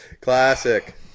Classic